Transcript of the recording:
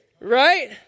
Right